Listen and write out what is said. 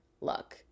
look